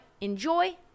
enjoy